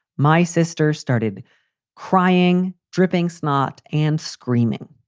my sister started crying, dripping snot and screaming.